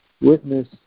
witness